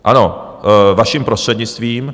Ano, vaším prostřednictvím.